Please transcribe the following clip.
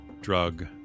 drug